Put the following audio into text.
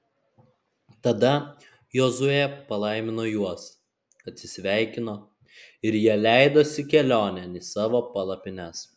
tada jozuė palaimino juos atsisveikino ir jie leidosi kelionėn į savo palapines